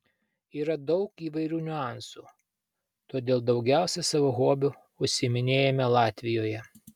yra daug įvairių niuansų todėl daugiausiai savo hobiu užsiiminėjame latvijoje